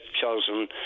chosen